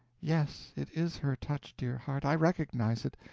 yes, it is her touch, dear heart, i recognize it.